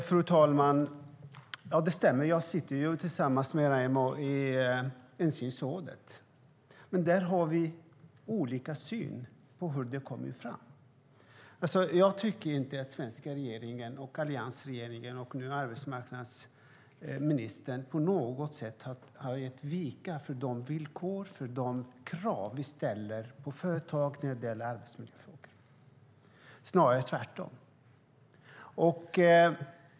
Fru talman! Det stämmer. Jag sitter tillsammans med Raimo i insynsrådet. Men där har vi olika syn. Jag tycker inte att den svenska alliansregeringen och arbetsmarknadsministern på något sätt har gett vika när det gäller de villkor vi har och de krav vi ställer på företag när det gäller arbetsmiljöfrågor. Det är snarare tvärtom.